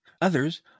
Others